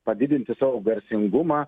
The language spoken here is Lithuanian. padidinti savo garsingumą